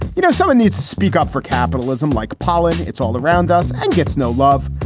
you know, someone needs speak up for capitalism like pollard. it's all around us and gets no love.